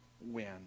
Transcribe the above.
win